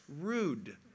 rude